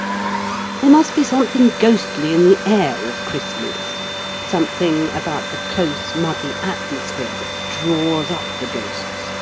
there must be something ghostly in the air of christmas something about the close, muggy atmosphere that draws up the ghosts,